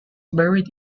buried